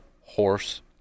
Horse